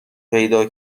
پیدا